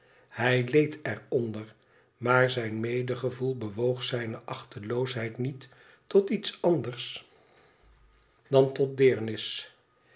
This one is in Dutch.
hij leed er onder maar zijn medegevoel bewoog zijne achteloosheid niet tot iets anders dan tot deernis